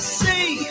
see